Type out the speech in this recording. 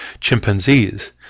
chimpanzees